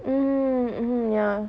mm mm ya